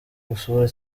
isura